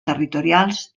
territorials